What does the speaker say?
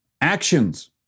actions